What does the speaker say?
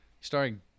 Starring